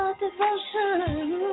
devotion